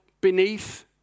beneath